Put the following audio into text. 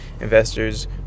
investors